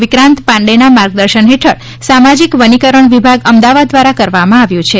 વિક્રાંત પાંડેના માર્ગદર્શન હેઠળ સામાજિક વનિકરણ વિભાગ અમદાવાદ દ્વારા કરવામાં આવ્યું છે